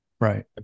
Right